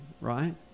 right